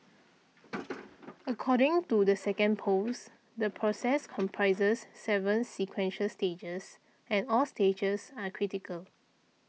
according to the second post the process comprises seven sequential stages and all stages are critical